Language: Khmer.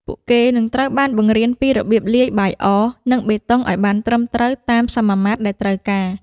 ពួកគេនឹងត្រូវបានបង្រៀនពីរបៀបលាយបាយអរ និងបេតុងឱ្យបានត្រឹមត្រូវតាមសមាមាត្រដែលត្រូវការ។